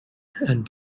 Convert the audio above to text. and